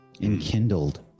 Enkindled